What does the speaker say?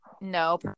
no